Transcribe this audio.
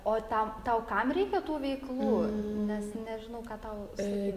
o tam tau kam reikia tų veiklų nes nežinau ką tau sakyt